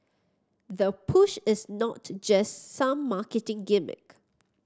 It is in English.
the push is not just some marketing gimmick